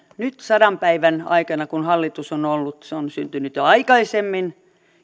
nyt sadan päivän aikana kun hallitus on ollut se on syntynyt jo aikaisemmin